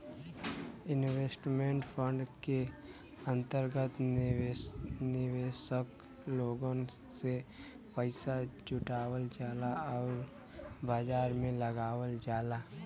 investment fund के अंतर्गत निवेशक लोगन से पइसा जुटावल जाला आउर बाजार में लगावल जाला